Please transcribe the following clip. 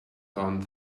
done